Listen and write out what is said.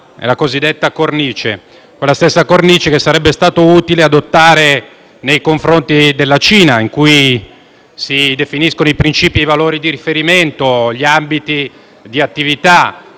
è la cosiddetta cornice, quella stessa cornice che sarebbe stato utile adottare nei confronti della Cina, in cui si definiscono i principi e i valori di riferimento, gli ambiti di attività